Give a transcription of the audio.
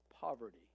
poverty